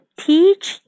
teach